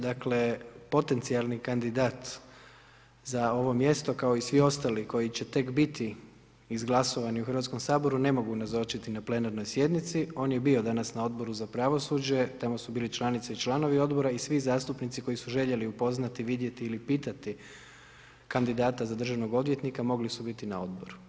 Dakle potencijalni kandidat za ovo mjesto, kao i svi ostali koji će tek biti izglasovani u Hrvatskom saboru ne mogu nazočiti na plenarnoj sjednici, on je bio danas na Odboru za pravosuđe, tamo su bili članice i članovi odbora i svi zastupnici koji su željeli upoznati, vidjeti ili pitati kandidata za državnog odvjetnika, mogli su biti na odboru.